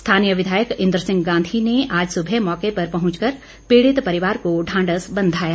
स्थानीय विधायक इंद्र सिंह गांधी ने आज सुबह मौके पर पहुंच कर पीड़ित परिवार को ढांढस बंधाया